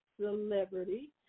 Celebrity